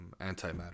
Antimatter